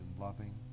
loving